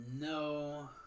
No